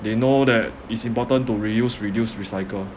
they know that it's important to reuse reduce recycle